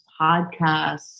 podcasts